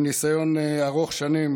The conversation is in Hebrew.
עם ניסיון ארוך שנים